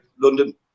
london